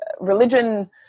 religion